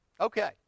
okay